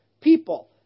people